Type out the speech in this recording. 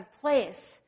place